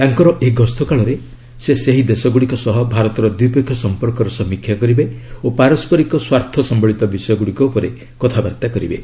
ତାଙ୍କର ଏହି ଗସ୍ତ କାଳରେ ସେ ସେହି ଦେଶଗ୍ରଡ଼ିକ ସହ ଭାରତର ଦ୍ୱିପକ୍ଷୀୟ ସଂପର୍କର ସମୀକ୍ଷା କରିବେ ଓ ପାରସ୍କରିକ ସ୍ୱାର୍ଥ ସମ୍ଭଳିତ ବିଷୟଗୁଡ଼ିକ ଉପରେ କଥାବାର୍ତ୍ତା କରିବେ